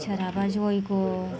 सोरहाबा जग्य